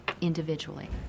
individually